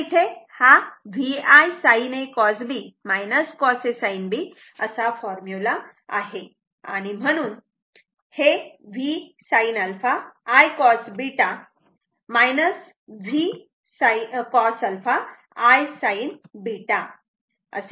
तर इथे हा VI फॉर्म्युला आहे आणि म्हणून हे Vsin α I cos β Vcos α I sin β असे येत आहे